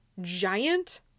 giant